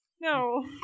No